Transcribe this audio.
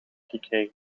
gekregen